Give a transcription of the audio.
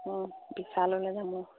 অ বিশাললে যাম